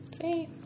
See